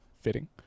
Fitting